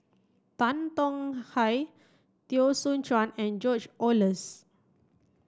Tan Tong Hye Teo Soon Chuan and George Oehlers